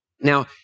Now